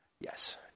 Yes